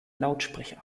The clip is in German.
lautsprecher